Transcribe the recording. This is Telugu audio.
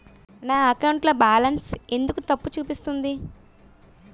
నా అకౌంట్ లో బాలన్స్ ఎందుకు తప్పు చూపిస్తుంది?